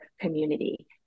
community